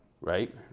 Right